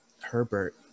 Herbert